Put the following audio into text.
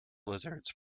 lizards